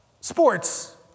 sports